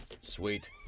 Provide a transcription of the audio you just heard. Sweet